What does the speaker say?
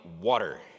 Water